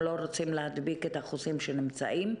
הם לא רוצים להדביק את החוסים שנמצאים.